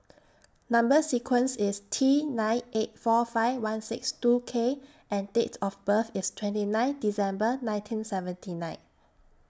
Number sequence IS T nine eight four five one six two K and Date of birth IS twenty nine December nineteen seventy nine